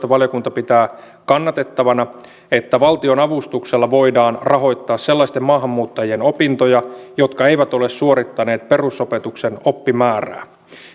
valiokunta pitää kannatettavana että valtionavustuksella voidaan rahoittaa sellaisten maahanmuuttajien opintoja jotka eivät ole suorittaneet perusopetuksen oppimäärää